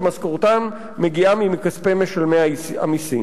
שמשכורתם מגיעה מכספי משלמי המסים.